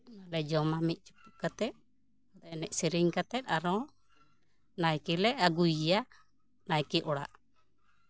ᱞᱮ ᱡᱚᱢᱟ ᱢᱤᱫ ᱪᱩᱯᱩᱫ ᱠᱟᱛᱮᱜ ᱮᱱᱮᱡ ᱥᱮᱨᱮᱧ ᱠᱟᱛᱮᱜ ᱟᱨᱚ ᱱᱟᱭᱠᱮᱞᱮ ᱟᱹᱜᱩᱭᱮᱭᱟ ᱱᱟᱭᱠᱮ ᱚᱲᱟᱜ